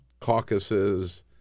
caucuses